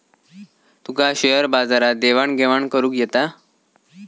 तुका share बाजारात देवाण घेवाण करुक येता?